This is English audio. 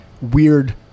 weird